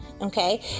okay